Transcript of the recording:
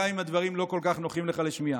גם אם הדברים לא כל כך נוחים לך לשמיעה.